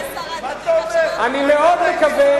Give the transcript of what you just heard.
אני מאוד מקווה.